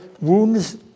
wounds